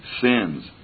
sins